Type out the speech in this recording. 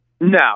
No